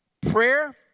prayer